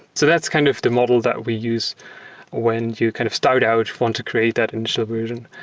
so that's kind of the model that we use when you kind of start out, want to create that initial version.